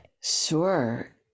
Sure